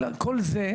כל זה,